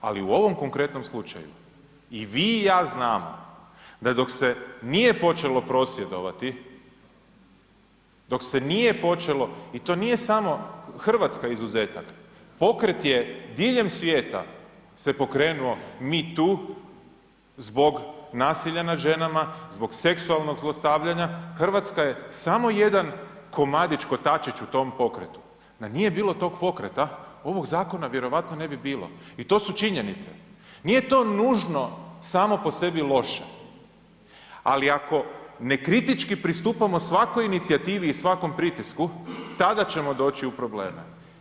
Ali u ovom konkretnom slučaju i vi i ja znamo da dok se nije počelo prosvjedovati, dok se nije počelo i to nije samo RH izuzetak, pokret je diljem svijeta se pokrenuo, mi tu zbog nasilja nad ženama, zbog seksualnog zlostavljanja RH je samo jedan komadić, kotačić u tom pokretu, da nije bilo tog pokreta, ovog zakona vjerojatno ne bi bilo i to su činjenice, nije to nužno samo po sebi loše, ali ako nekritički pristupamo svakoj inicijativi i svakom pritisku, tada ćemo doći u probleme.